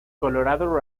colorado